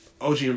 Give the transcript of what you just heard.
OG